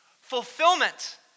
Fulfillment